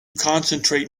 concentrate